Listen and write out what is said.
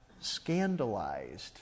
scandalized